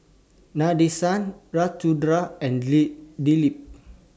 Nadesan Ramchundra and Dilip